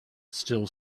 still